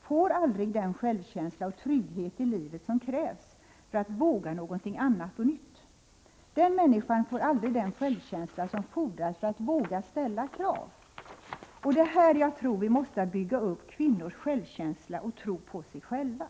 får aldrig den självkänsla och trygghet i livet som krävs för att våga någonting annat och nytt. Den människan får aldrig den självkänsla som fordras för att våga ställa krav. Och det är här jag tror vi måste bygga upp kvinnors självkänsla och tro på sig — Nr 151 själva.